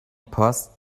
post